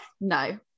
no